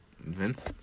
Vince